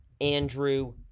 Andrew